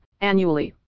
annually